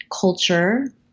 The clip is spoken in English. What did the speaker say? culture